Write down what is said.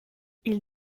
ils